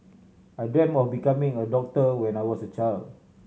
I dream of becoming a doctor when I was a child